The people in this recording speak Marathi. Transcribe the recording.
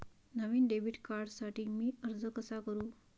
नवीन डेबिट कार्डसाठी मी अर्ज कसा करू?